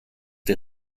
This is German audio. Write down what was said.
der